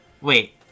Wait